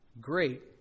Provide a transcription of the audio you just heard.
Great